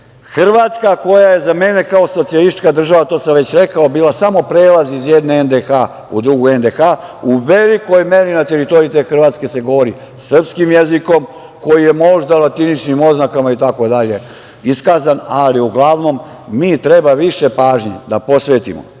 Gori. Hrvatska, koja je za mene kao socijalistička država, to sam već rekao, bila samo prelaz iz jedne NDH u drugu NDH, u velikoj meri na teritoriji te Hrvatske se govori srpskim jezikom, koji je možda latiničnim oznakama, itd, iskazan. Uglavnom, mi treba više pažnje da posvetimo